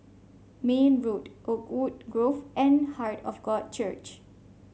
Mayne Road Oakwood Grove and Heart of God Church